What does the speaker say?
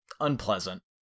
unpleasant